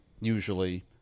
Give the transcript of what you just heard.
usually